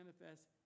manifest